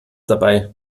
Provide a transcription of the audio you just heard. dabei